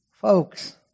Folks